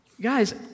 Guys